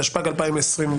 התשפ"ג-2023.